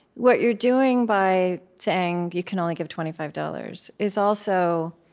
what you're doing by saying you can only give twenty five dollars is also